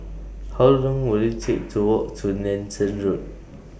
How Long Will IT Take to Walk to Nanson Road